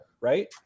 Right